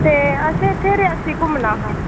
ते असें इत्थै रियासी घुम्मना हा